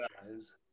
guys